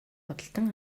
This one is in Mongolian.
худалдан